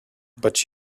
but